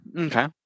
Okay